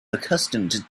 accustomed